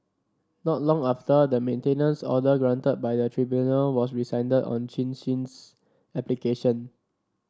not long after the maintenance order granted by the tribunal was rescinded on Chin Sin's application